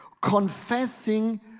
confessing